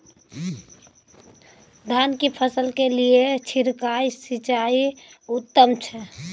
धान की फसल के लिये छिरकाव सिंचाई उत्तम छै?